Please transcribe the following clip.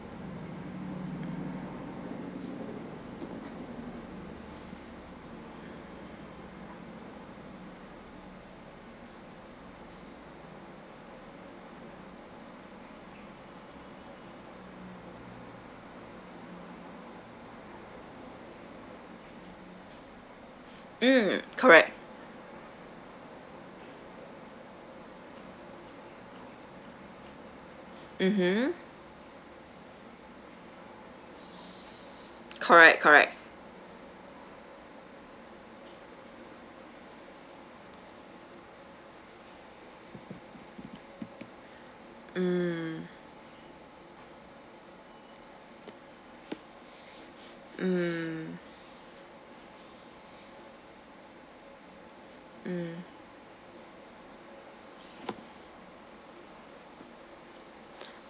ah mm correct mmhmm correct correct mm mm mm